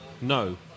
No